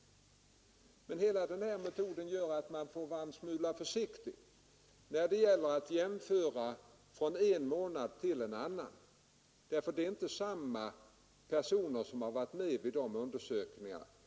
: RAA SRANT EN 23 november 1972 Men man får vara en smula försiktig när det gäller att jämföra siffrorna. från en månad till en annan. Det är inte samma personer som deltagit i Ang. förbättring av undersökningarna.